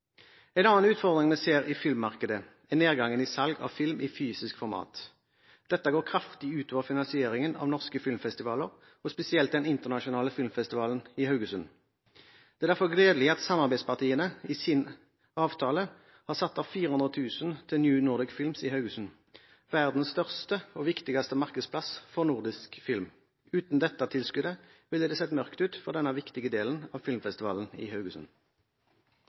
sammenhengen. En annen utfordring vi ser i filmmarkedet, er nedgangen i salg av film i fysisk format. Dette går kraftig ut over finansieringen av norske filmfestivaler, og spesielt den internasjonale filmfestivalen i Haugesund. Det er derfor gledelig at samarbeidspartiene i sin avtale har satt av 400 000 kr til New Nordic Films i Haugesund, verdens største og viktigste markedsplass for nordisk film. Uten dette tilskuddet ville det sett mørkt ut for denne viktige delen av filmfestivalen i Haugesund.